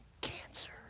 Cancer